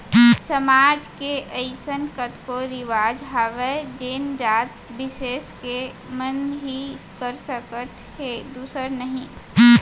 समाज के अइसन कतको रिवाज हावय जेन जात बिसेस के मन ही कर सकत हे दूसर नही